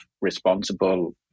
responsible